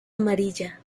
amarilla